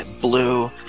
blue